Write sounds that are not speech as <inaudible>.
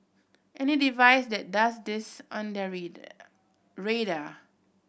any device that does this on their <unintelligible> radar